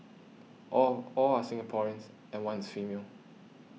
all all are Singaporeans and one is female